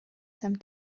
some